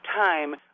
time